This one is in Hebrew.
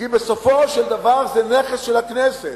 כי בסופו של דבר זה נכס של הכנסת.